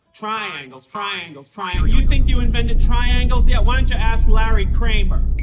triangles, triangles, triangles. you think you invented triangles? yeah, why don't you ask larry kramer?